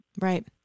Right